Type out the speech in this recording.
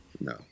no